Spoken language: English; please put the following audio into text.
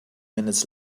minutes